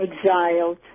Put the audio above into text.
exiled